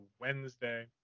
wednesday